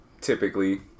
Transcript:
Typically